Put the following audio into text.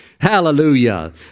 Hallelujah